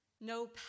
no